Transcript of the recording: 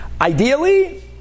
Ideally